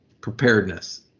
preparedness